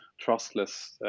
trustless